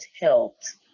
helped